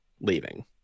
leaving